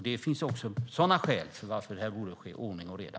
Det är ännu ett skäl till att detta borde ske med ordning och reda.